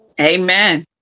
Amen